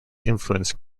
influence